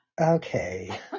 Okay